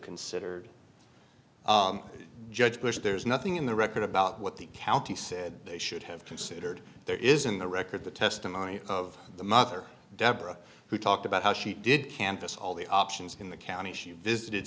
considered judge bush there's nothing in the record about what the county said they should have considered there isn't the record the testimony of the mother deborah who talked about how she did canvass all the options in the county she visited